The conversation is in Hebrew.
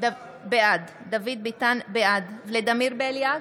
בעד ולדימיר בליאק,